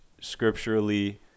scripturally